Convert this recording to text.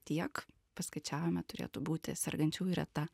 tiek paskaičiavome turėtų būti sergančiųjų reta